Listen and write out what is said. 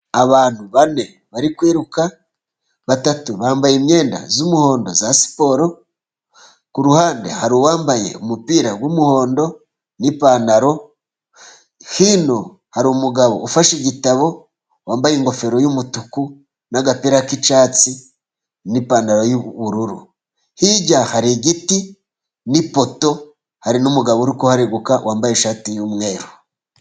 Abantu bane bari kwiruka; batatu bambaye imyenda y'umuhondo ya siporo, ku ruhande hari uwambaye umupira w'umuhondo, n'ipantaro, hino hari umugabo ufashe igitabo wambaye ingofero y'umutuku n'agapira k'icyatsi, n'ipantaro yubururu. Hirya hari igiti n'ipoto hari n'umugabo uri kuhareguka wambaye ishati y'umweru.